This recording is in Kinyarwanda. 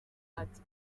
ati